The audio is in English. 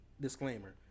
disclaimer